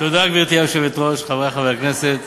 גברתי היושבת-ראש, תודה, חברי חברי הכנסת,